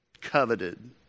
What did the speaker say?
coveted